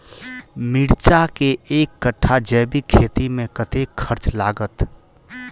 मिर्चा केँ एक कट्ठा जैविक खेती मे कतेक खर्च लागत?